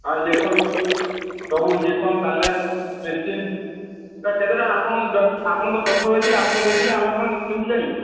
ଆଉ ଇଞ୍ଜେକ୍ସନ ସବୁ injection saline medicine କେତେଟା ଆପଣ ଆପଣ ତ ଡକ୍ଟର ଥିଲେ ଆପଣ ଦେଇଥିଲେ ଆମେ କ'ଣ କେମିତି ଜାଣିବୁ